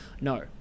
No